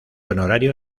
honorario